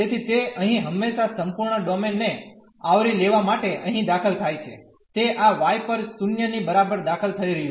તેથી તે અહીં હંમેશાં સંપૂર્ણ ડોમેન ને આવરી લેવા માટે અહીં દાખલ થાય છે તે આ y પર 0 ની બરાબર દાખલ થઈ રહ્યું છે